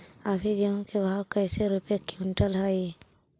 अभी गेहूं के भाव कैसे रूपये क्विंटल हई?